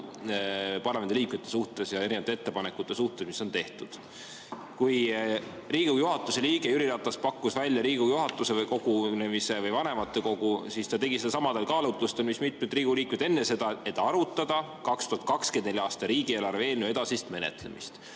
parlamendiliikmete suhtes ja erinevate ettepanekute suhtes, mis on tehtud. Kui Riigikogu juhatuse liige Jüri Ratas pakkus välja Riigikogu juhatuse või vanematekogu kogunemise, siis ta tegi seda samadel kaalutlustel, nagu mitmed Riigikogu liikmed enne teda, et arutada 2024. aasta riigieelarve eelnõu edasist menetlemist.